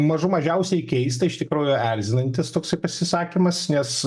mažų mažiausiai keista iš tikrųjų erzinantis toksai pasisakymas nes